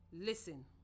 Listen